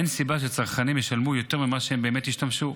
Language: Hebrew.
אין סיבה שצרכנים ישלמו יותר ממה שהם באמת השתמשו.